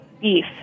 beef